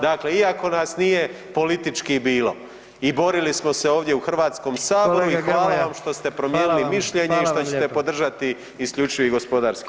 Dakle, iako nas nije politički bilo i borili smo se ovdje u Hrvatskom saboru i hvala vam što ste promijenili mišljenje i što ćete podržati isključivi gospodarski pojas.